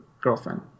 girlfriend